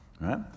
right